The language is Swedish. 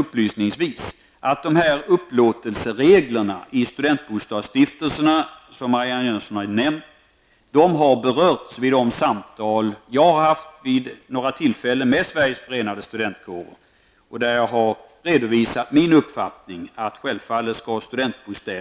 Upplysningsvis vill jag säga att upplåtelsereglerna för studentbostadsstiftelserna, som Marianne Jönsson nämnde, har berörts vid de samtal jag vid några tillfällen har haft med Sveriges Förenade Studentkårer. Jag har då redovisat min uppfattning att studentbostäder självfallet skall